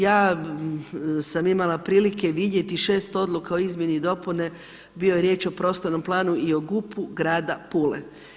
Ja sam imala prilike vidjeti šest odluka o izmjeni dopune, bio je riječ o prostornom planu i o GUP-u grada Pule.